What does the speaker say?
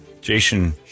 Jason